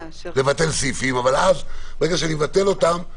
אבל ברגע שאני מבטל אותם,